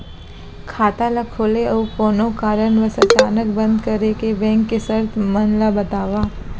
खाता ला खोले अऊ कोनो कारनवश अचानक बंद करे के, बैंक के शर्त मन ला बतावव